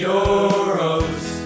Euros